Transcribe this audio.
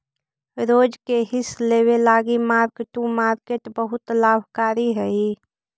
रोज के हिस लेबे लागी मार्क टू मार्केट बहुत लाभकारी हई